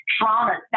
trauma